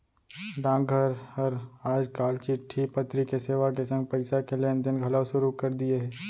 डाकघर हर आज काल चिट्टी पतरी के सेवा के संग पइसा के लेन देन घलौ सुरू कर दिये हे